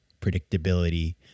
predictability